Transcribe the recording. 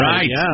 Right